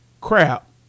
crap